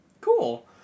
cool